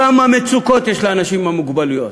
כמה מצוקות יש לאנשים עם מוגבלות,